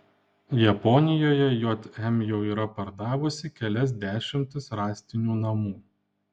japonijoje jm jau yra pardavusi kelias dešimtis rąstinių namų